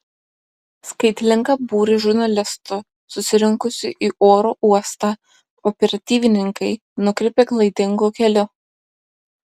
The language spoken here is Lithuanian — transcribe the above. skaitlingą būrį žurnalistų susirinkusių į oro uostą operatyvininkai nukreipė klaidingu keliu